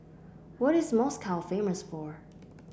what is Moscow famous for